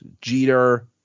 Jeter